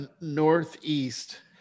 northeast